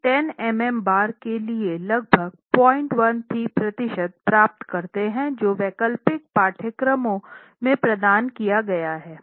हम 10 मिमी बार के लिए लगभग 013 प्रतिशत प्राप्त करते हैं जो वैकल्पिक पाठ्यक्रमों में प्रदान किया गया हैं